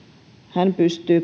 hän pystyy